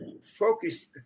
focus